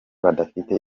badafite